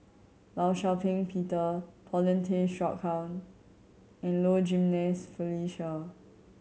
Law Shau Ping Peter Paulin Tay Straughan and Low Jimenez Felicia